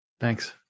Thanks